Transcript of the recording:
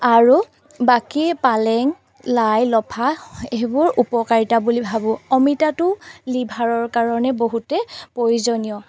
আৰু বাকী পালেং লাই লফা সেইবোৰ উপকাৰিতা বুলি ভাবোঁ অমিতাটো লিভাৰৰ কাৰণে বহুতে প্ৰয়োজনীয়